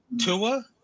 Tua